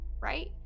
right